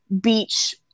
beach